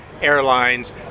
airlines